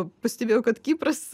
pastebėjau kad kipras